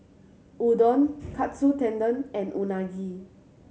Udon Katsu Tendon and Unagi